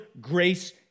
grace